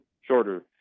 shorter